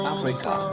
Africa